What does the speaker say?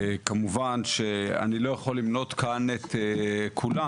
כמובן שאני לא יכול למנות כאן את כולן,